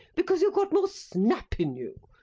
because you've more snap in you,